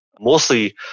Mostly